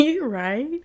Right